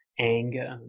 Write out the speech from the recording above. Anger